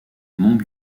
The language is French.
mont